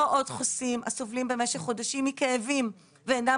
לא עוד חוסים הסובלים במשך חודשים מכאבים ואינם